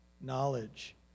Knowledge